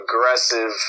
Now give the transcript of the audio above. aggressive